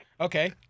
Okay